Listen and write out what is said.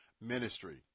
ministry